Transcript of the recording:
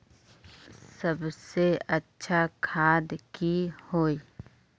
सबसे अच्छा खाद की होय?